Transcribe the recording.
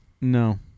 No